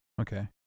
okay